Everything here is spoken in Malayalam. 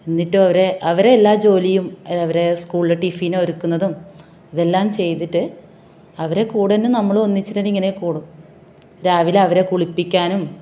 എന്നിട്ട് ഓരെ അവരെ എല്ലാ ജോലിയും അവരെ സ്കൂളിലെ ടിഫിൻ ഒരുക്കുന്നതും അതെല്ലാം ചെയ്തിട്ട് അവരെ കൂടെ തന്നെ നമ്മളും ഒന്നിച്ചിട്ടിങ്ങനെ കൂടും രാവിലെ അവരെ കുളിപ്പിക്കാനും